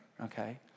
okay